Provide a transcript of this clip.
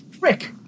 Rick